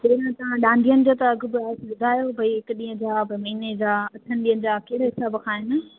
पोइ तव्हां डांडियनि जो त अघि ॿुधायो भई हिक ॾींहं जा महीने जा अठ ॾींहनि जा कहिड़े हिसाब खां अहिनि